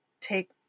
take